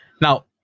now